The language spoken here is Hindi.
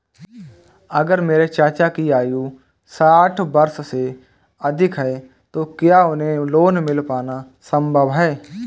अगर मेरे चाचा की आयु साठ वर्ष से अधिक है तो क्या उन्हें लोन मिल पाना संभव है?